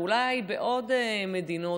ואולי בעוד מדינות,